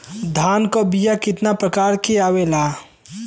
धान क बीया क कितना प्रकार आवेला?